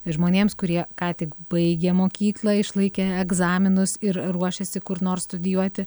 žmonėms kurie ką tik baigė mokyklą išlaikė egzaminus ir ruošiasi kur nors studijuoti